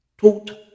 Total